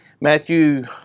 Matthew